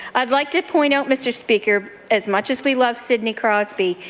i'd like to point out, mr. speaker, as much as we love sidney crosby,